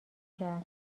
کرد